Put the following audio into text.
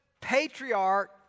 patriarch